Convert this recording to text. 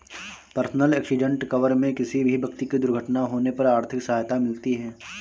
personal accident cover में किसी भी व्यक्ति की दुर्घटना होने पर आर्थिक सहायता मिलती है